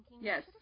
Yes